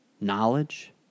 Knowledge